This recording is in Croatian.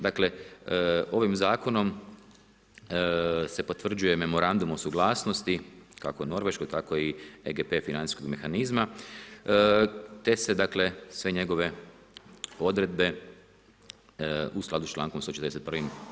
Dakle, ovim zakonom se potvrđuje memorandum o suglasnosti kako norveškog tako i EGP financijskog mehanizma te se dakle sve njegove odredbe u skladu sa člankom 141.